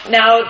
now